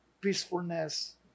peacefulness